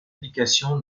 indication